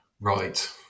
Right